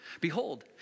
behold